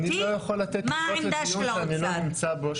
אני לא יכול לתת תשובות לדיון שאני לא נמצא בו,